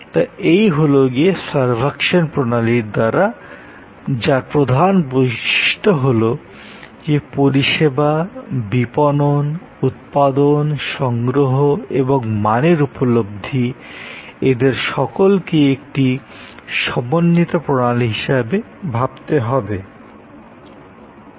তা এই হলো গিয়ে সার্ভাকশন প্রণালীর যার প্রধান বৈশিষ্ট হলো যে পরিষেবা বিপণন উৎপাদন সংগ্রহ এবং মানের উপলব্ধি এদের সকলকে একটি সমন্বিত প্রণালী হিসাবে ভাবতে হবে